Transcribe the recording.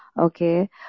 okay